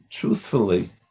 truthfully